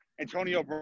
Antonio